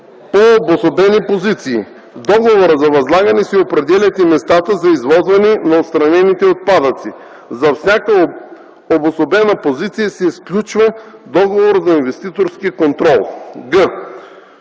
по обособени позиции; в договорите за възлагане се определят и местата за извозване на отстранените отпадъци; за всяка обособена позиция се сключва договор за инвеститорски контрол; г)